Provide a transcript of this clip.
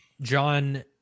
John